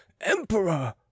emperor